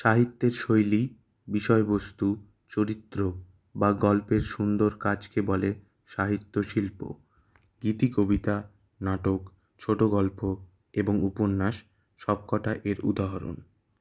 সাহিত্যের শৈলী বিষয়বস্তু চরিত্র বা গল্পের সুন্দর কাজকে বলে সাহিত্য শিল্প গীতিকবিতা নাটক ছোট গল্প এবং উপন্যাস সবকটা এর উদাহরণ